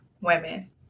women